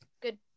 good